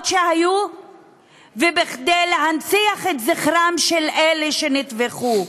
שהיו וכדי להנציח את זכרם של אלה שנטבחו.